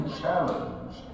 challenge